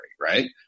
right